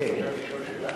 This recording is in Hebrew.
לשאול שאלה?